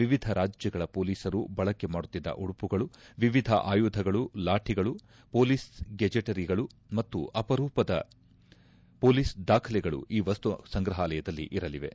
ವಿವಿಧ ರಾಜ್ಯಗಳ ಹೊಲೀಸರು ಬಳಕೆ ಮಾಡುತ್ತಿದ್ದ ಉಡುಪುಗಳು ವಿವಿಧ ಆಯುಧಗಳು ಲಾತಿಗಳು ಮೊಲೀಸ್ ಗೆಜೆಟಿಯರ್ಗಳು ಮತ್ತು ಅಪರೂಪದ ಪೊಲೀಸ್ ದಾಖರೆಗಳೂ ಈ ವಸ್ತು ಸಂಗ್ರಹಾಲಯದಲ್ಲಿ ಇರಲಿವೆ